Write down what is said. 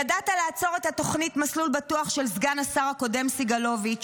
ידעת לעצור את התוכנית מסלול בטוח של סגן השר הקודם סגלוביץ',